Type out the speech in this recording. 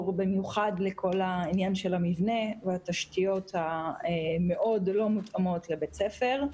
במיוחד לעניין המבנה והתשתיות המאוד לא מותאמות לבית ספר.